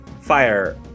fire